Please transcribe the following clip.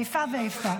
איפה ואיפה.